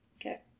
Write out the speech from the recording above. Okay